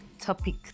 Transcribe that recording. topic